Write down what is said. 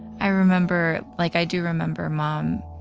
i remember, like i do remember mom,